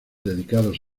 dedicados